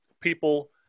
people